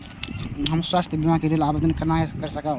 हम स्वास्थ्य बीमा के लेल आवेदन केना कै सकब?